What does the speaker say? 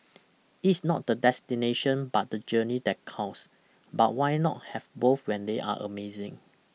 it's not the destination but the journey that counts but why not have both when they are amazing